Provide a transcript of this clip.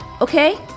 Okay